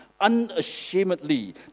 unashamedly